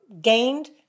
gained